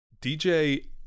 DJ